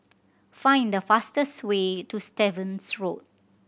find the fastest way to Stevens Road